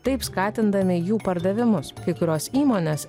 taip skatindami jų pardavimus kai kurios įmonės